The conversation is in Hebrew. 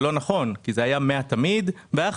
אבל זה לא נכון כי זה היה תמיד 100. 50